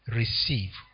receive